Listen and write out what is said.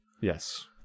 Yes